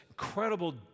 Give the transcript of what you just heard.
incredible